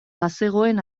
bazegoen